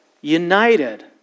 united